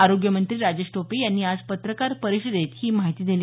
आरोग्यमंत्री राजेश टोपे यांनी आज पत्रकार परिषदेत ही माहिती दिली